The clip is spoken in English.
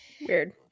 Weird